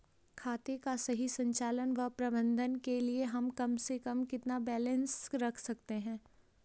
खाते का सही संचालन व प्रबंधन के लिए हम कम से कम कितना बैलेंस रख सकते हैं?